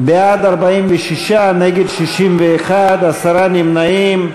בעד 46, נגד, 61, עשרה נמנעים.